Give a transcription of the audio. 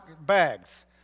bags